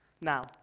Now